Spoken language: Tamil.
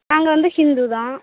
நாங்கள் வந்து ஹிந்து தான்